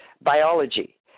biology